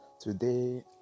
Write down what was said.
today